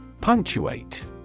Punctuate